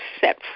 set